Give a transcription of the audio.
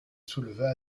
souleva